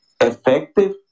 effective